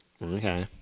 Okay